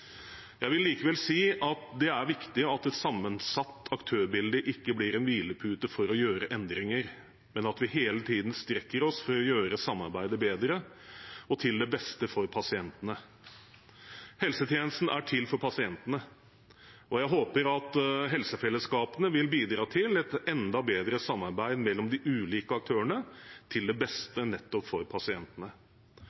Jeg vil likevel si at det er viktig at et sammensatt aktørbilde ikke blir en hvilepute for å gjøre endringer, men at vi hele tiden strekker oss for å gjøre samarbeidet bedre og til beste for pasientene. Helsetjenesten er til for pasientene, og jeg håper at helsefellesskapene vil bidra til et enda bedre samarbeid mellom de ulike aktørene – til